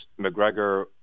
McGregor